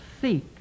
seek